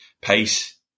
pace